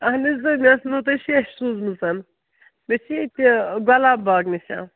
اَہَن حظ مےٚ ٲسمو تُہۍ شٮ۪ش سوٗزمٕژ مےٚ چھِ ییٚتہِ گۄلاب باغ نِش